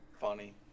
Funny